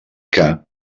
que